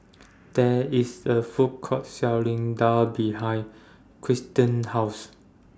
There IS A Food Court Selling Daal behind Kirsten's House